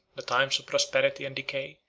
the times of prosperity and decay,